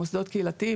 מוסדות קהילתיים,